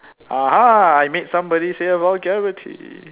ah ha I made somebody say vulgarity